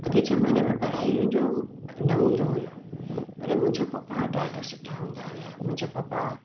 अॻे ज़माने में पढ़ाइयुनि जो न हूंदो हुओ पर मुंहिंजो पप्पा ॾाढो सुठा हूंदा हुआ मुंहिंजो पप्पा